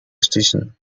station